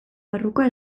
barrukoa